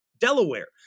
Delaware